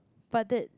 but that